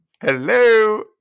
Hello